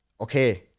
okay